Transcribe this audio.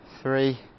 Three